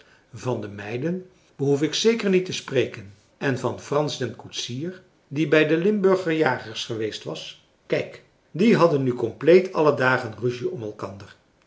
van de meiden behoef ik zeker niet te spreken en van frans den koetsier die bij de limburger jagers geweest was kijk die hadden nu compleet alle dagen ruzie onder elkander